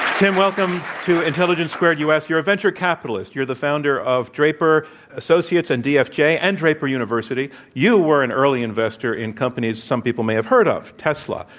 tim, welcome to intelligence squared u. s. you're a venture capitalist. you're the founder of draper associates and dfj and draper university. you were an early investor in companies some people may have heard of, tesla,